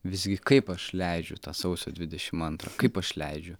visgi kaip aš leidžiu tą sausio dvidešim antrą kaip aš leidžiu